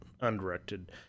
undirected